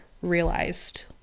realized